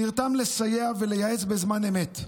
שנרתם לסייע ולייעץ בזמן אמת.